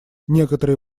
некоторые